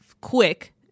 quick